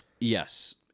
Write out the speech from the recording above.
Yes